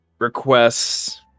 Requests